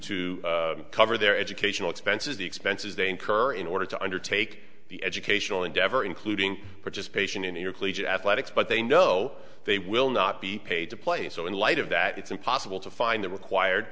cover their educational expenses the expenses they incur in order to undertake the educational endeavor including participation in your collegiate athletics but they know they will not be paid to play so in light of that it's impossible to find the required